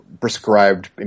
prescribed